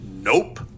nope